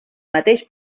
mateix